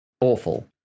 awful